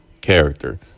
character